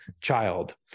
child